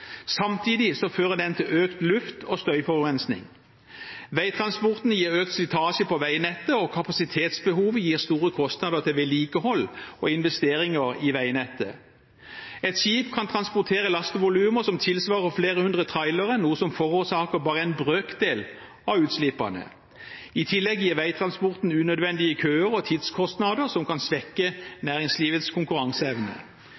fører den til økt luft- og støyforurensing. Veitransporten gir økt slitasje på veinettet, og kapasitetsbehovet gir store kostnader til vedlikehold og investeringer i veinettet. Et skip kan transportere lastevolumer som tilsvarer flere hundre trailere, noe som forårsaker bare en brøkdel av utslippene. I tillegg gir veitransporten unødvendige køer og tidskostnader som kan